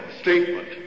statement